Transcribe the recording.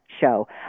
show